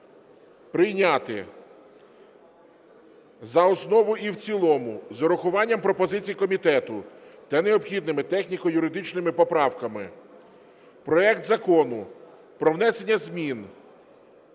прийняти за основу і в цілому з урахуванням пропозицій комітету та необхідними техніко-юридичними поправками проект Закону про внесення змін